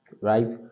right